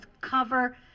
cover